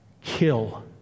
kill